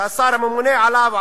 שהשר הממונה עליו,